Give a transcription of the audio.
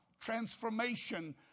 transformation